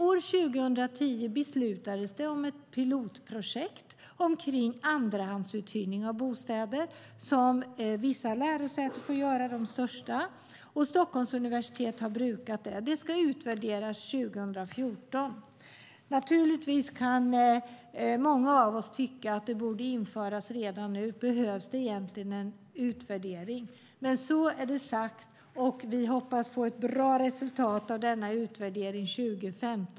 År 2010 beslutades det om ett pilotprojekt beträffande andrahandsuthyrning av bostäder som vissa lärosäten - de största - får ägna sig åt. Stockholms universitet har gjort det. Detta projekt ska utvärderas 2014. Naturligtvis kan många av oss tycka att detta system borde införas redan nu. Behövs det egentligen en utvärdering? Men så är det sagt, och vi hoppas på ett bra resultat av denna utvärdering.